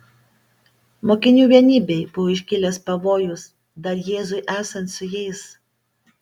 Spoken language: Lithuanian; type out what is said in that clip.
mokinių vienybei buvo iškilęs pavojus dar jėzui esant su jais